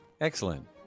excellent